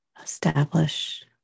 Establish